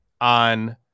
on